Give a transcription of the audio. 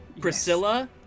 priscilla